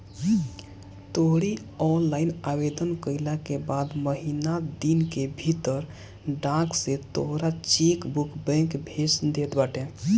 तोहरी ऑनलाइन आवेदन कईला के बाद महिना दिन के भीतर डाक से तोहार चेकबुक बैंक भेज देत बाटे